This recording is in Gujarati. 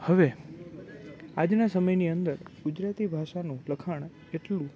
હવે આજના સમયની અંદર ગુજરાતી ભાષાનું લખાણ એટલું બધું